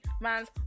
man's